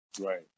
Right